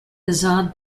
azad